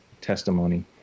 testimony